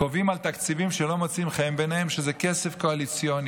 קובעים על תקציבים שלא מוצאים חן בעיניהם שזה כסף קואליציוני,